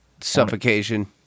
Suffocation